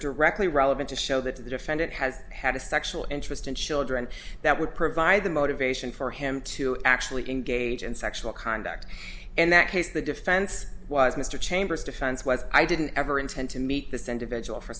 directly relevant to show that the defendant has had a sexual interest in children that would provide the motivation for him to actually engage in sexual conduct in that case the defense was mr chambers defense was i didn't ever intend to meet this individual for